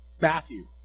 Matthew